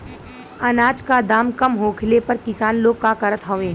अनाज क दाम कम होखले पर किसान लोग का करत हवे?